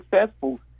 successful